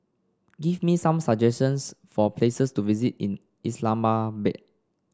give me some suggestions for places to visit in Islamabad